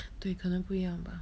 对可能不一样吧